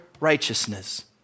righteousness